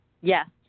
Yes